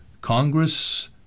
congress